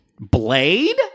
Blade